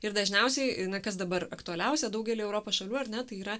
ir dažniausiai na kas dabar aktualiausia daugely europos šalių ar ne tai yra